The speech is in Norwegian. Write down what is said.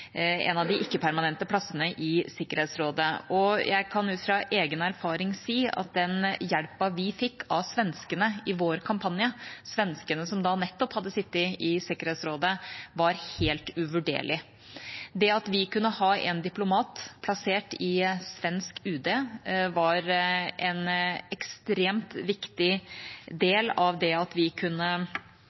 plassene i Sikkerhetsrådet. Jeg kan ut fra egen erfaring si at den hjelpen vi fikk av svenskene i vår kampanje – svenskene som da nettopp hadde sittet i Sikkerhetsrådet – var helt uvurderlig. Det at vi kunne ha en diplomat plassert i svensk UD var en ekstremt viktig del av det at vi kunne